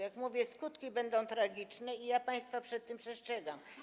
Jak mówię, skutki będą tragiczne, i ja państwa przed tym przestrzegam.